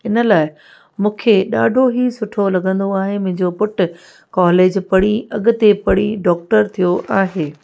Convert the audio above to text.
इन लाइ मूंखे ॾाढो ई सुठो लॻंदो आहे मुंहिंजो पुटु कॉलेज पढ़ी अॻिते पढ़ी डॉक्टर थियो आहे